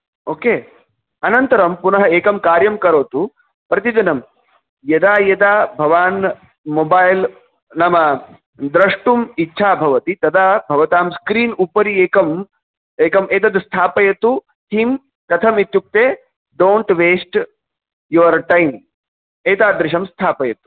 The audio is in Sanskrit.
ओके अनन्तरं पुनः एकं कार्यं करोतु प्रतिदिनं यदा यदा भवान् मोबैल् नाम द्रष्टुम् इच्छा भवति तदा भवतां स्क्रीन् उपरि एकम् एकम् एतद् स्थापयतु थीं कथमित्युक्ते डोण्ट् वेस्ट् यूर् टैम् एतादृशं स्थापयतु